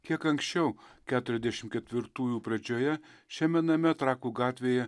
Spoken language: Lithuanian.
kiek anksčiau keturiasdešimt ketvirtųjų pradžioje šiame name trakų gatvėje